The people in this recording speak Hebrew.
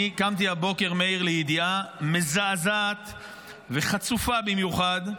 קמתי הבוקר, מאיר, לידיעה מזעזעת וחצופה במיוחד,